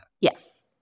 Yes